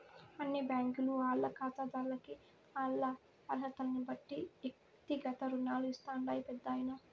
అన్ని బ్యాంకీలు ఆల్ల కాతాదార్లకి ఆల్ల అరహతల్నిబట్టి ఎక్తిగత రుణాలు ఇస్తాండాయి పెద్దాయనా